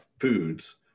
foods